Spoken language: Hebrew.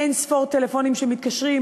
אין-ספור טלפונים של מתקשרים,